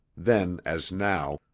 then, as now,